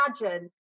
imagine